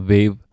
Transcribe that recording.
Wave